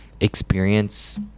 experience